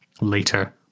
later